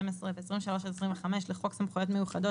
12 ו-23 עד 25 לחוק סמכויות מיוחדות